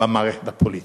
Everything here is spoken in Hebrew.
במערכת הפוליטית.